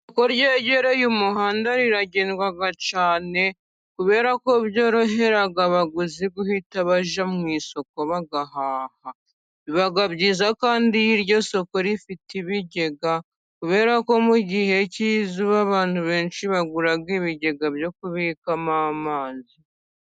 Isoko ryegereye umuhanda riragendwa cyane, kubera ko byorohera abaguzi guhita bajya mu isoko bagahaha, biba byiza kandi iyo iryo soko rifite ibigega kubera ko mu gihe cy'izuba abantu benshi bagura ibigega byo kubikamo amazi.